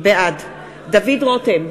בעד דוד רותם,